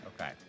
Okay